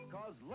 Cause